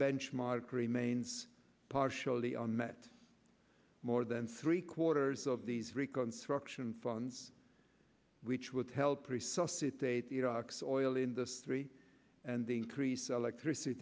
benchmark remains partially unmet more than three quarters of these reconstruction funds which would help resuscitate iraq's oil industry and the increase